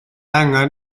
angen